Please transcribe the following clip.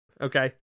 okay